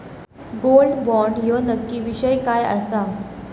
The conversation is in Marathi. गोल्ड बॉण्ड ह्यो नक्की विषय काय आसा?